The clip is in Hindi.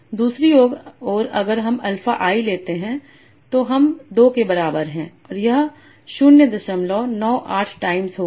दूसरी ओर अगर हम अल्फा i लेते हैं तो हम 2 के बराबर है और यह 098 टाइम्स होगा